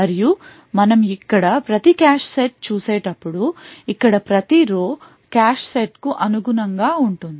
మరియు మనం ఇక్కడ ప్రతి కాష్ సెట్ చూసేటప్పుడు ఇక్కడ ప్రతి row కాష్ సెట్కు అనుగుణంగా ఉంటుంది